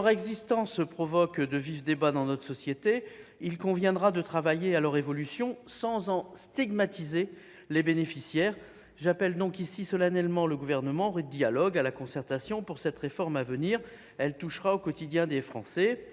régimes spéciaux provoque de vifs débats dans notre société. Il conviendra de travailler à leur évolution sans en stigmatiser les bénéficiaires. J'appelle solennellement le Gouvernement au dialogue et à la concertation pour cette réforme à venir, qui touchera au quotidien des Français.